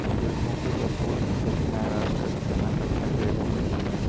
सूरजमुखी के फूल के खेती महाराष्ट्र अउरी कर्नाटक में ढेर होखेला